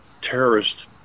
terrorist